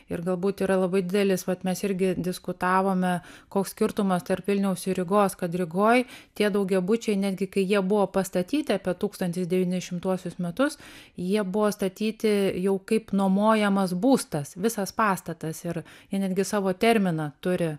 ir galbūt yra labai didelis vat mes irgi diskutavome koks skirtumas tarp vilniaus ir rygos kad rygoj tie daugiabučiai netgi kai jie buvo pastatyti apie tūkstantis devyni šimtuosius metus jie buvo statyti jau kaip nuomojamas būstas visas pastatas ir jie netgi savo terminą turi